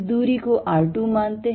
इस दूरी को r3 मानते हैं